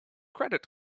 credit